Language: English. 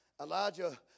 Elijah